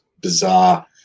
bizarre